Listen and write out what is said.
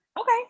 okay